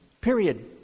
period